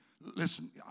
listen